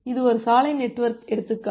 இது ஒரு சாலை நெட்வொர்க் எடுத்துக்காட்டு